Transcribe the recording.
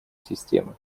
системы